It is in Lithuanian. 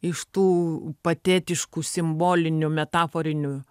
iš tų patetiškų simbolinių metaforinių